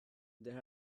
there